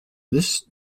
this